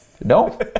No